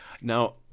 now